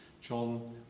John